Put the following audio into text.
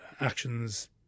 actions